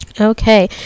Okay